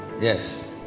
yes